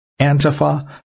Antifa